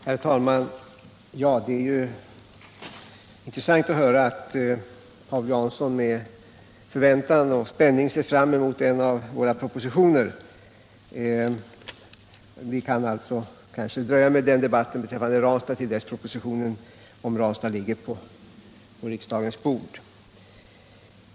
Herr talman! Det är ju intressant att höra att Paul Jansson med förväntan och spänning ser fram mot en av våra propositioner. Vi kan kanske därför vänta med debatten om Ranstad tills propositionen om Ranstad ligger på riksdagens bord.